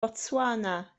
botswana